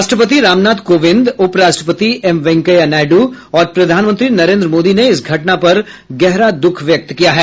राष्ट्रपति रामनाथ कोविंद उपराष्ट्रपति एम वेंकैया नायडू और प्रधानमंत्री नरेन्द्र मोदी ने इस घटना पर गहरा दूख व्यक्त किया है